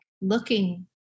looking